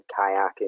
kayaking